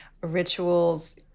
rituals